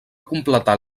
completar